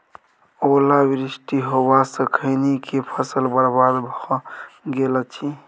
ओला वृष्टी होबा स खैनी के फसल बर्बाद भ गेल अछि?